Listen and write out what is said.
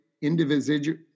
individual